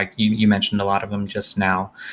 you mentioned a lot of them just now.